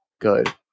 good